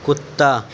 کتا